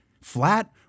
flat